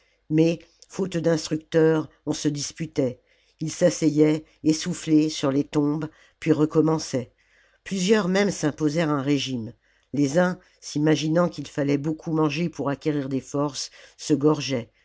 mais faute d'instructeur on se disputait ils s'asseyaient essoufflés sur les tombes puis recommençaient plusieurs même s'imposèrent un régime les uns s'imaginant qu'il fallait beaucoup manger pour acquérir des forces se